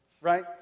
right